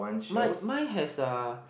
my my has a